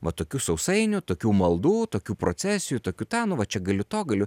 va tokių sausainių tokių maldų tokių procesijų tokių tą nu va čia galiu to galiu